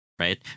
Right